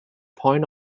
point